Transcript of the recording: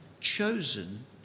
chosen